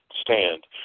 Stand